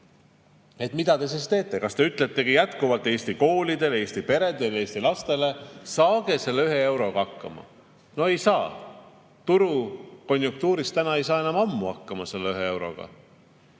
Mida te siis teete? Kas te ütletegi jätkuvalt Eesti koolidele, Eesti peredele ja Eesti lastele, et saage selle ühe euroga hakkama? No ei saa. Turukonjunktuuris ei saa enam ammu hakkama ühe euroga.